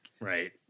Right